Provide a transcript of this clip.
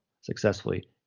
successfully